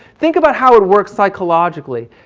think about how it works psychologically.